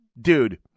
dude